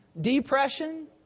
depression